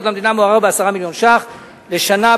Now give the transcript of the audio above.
לטענת רשות המסים הפסד ההכנסות למדינה מוערך ב-10 מיליון שקל לשנה,